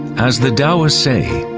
as the taoists say,